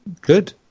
good